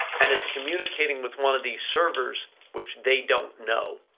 and it's communicating with one of these servers, which they don't know.